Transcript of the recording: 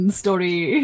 story